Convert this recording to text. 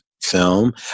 film